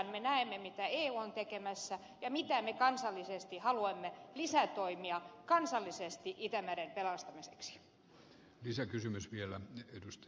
me näemme mitä eu on tekemässä ja mitä lisätoimia me haluamme kansallisesti itämeren pelastamiseksi